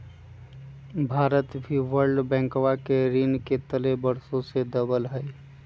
भारत भी वर्ल्ड बैंकवा के ऋण के तले वर्षों से दबल हई